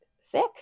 sick